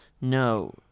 No